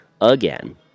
Again